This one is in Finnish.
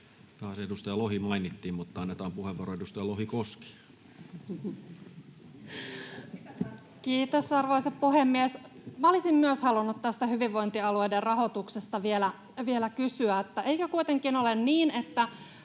Taas edustaja Lohi mainittiin, mutta annetaan puheenvuoro edustaja Lohikoskelle. Kiitos, arvoisa puhemies! Minä olisin myös halunnut tästä hyvinvointialueiden rahoituksesta vielä kysyä. Eikö kuitenkin ole niin, että